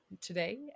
today